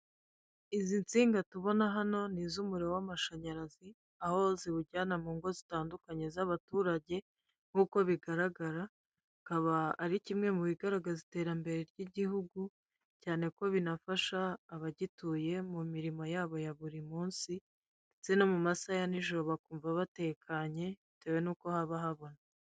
Izi nsinga tubona hano ni iz' umuriro w'amashanyarazi, aho ziwujyana mu ngo zitandukanye z'abaturage, nk'uko bigaragaragara, akaba ari kimwe mu bigaragaza iterambere ry'igihugu cyane ko binafasha abagituye mu mirimo yabo ya buri munsi, ndetse no mu masaha ya nijoro bakumva batekanye bitewe n'uko haba habona.